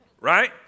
Right